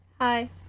Hi